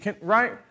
Right